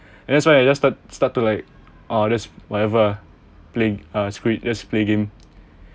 that's why I just start to like ah that's whatever ah playing uh play just play game